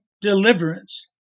deliverance